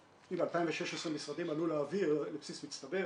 2016 משרדים עלו לאוויר על בסיס מצטבר,